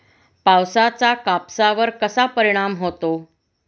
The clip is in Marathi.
पावसाचा कापसावर कसा परिणाम होतो?